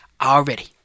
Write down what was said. Already